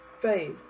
faith